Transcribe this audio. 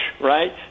right